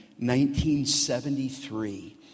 1973